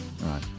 Right